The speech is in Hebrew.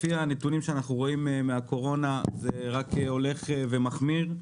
לפי הנתונים שאנחנו רואים מן הקורונה זה רק הולך ומחמיר.